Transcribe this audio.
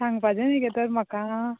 सांगपाचें न्हय गे तर म्हाका